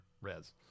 res